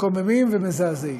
מקוממים ומזעזעים.